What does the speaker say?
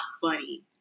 funny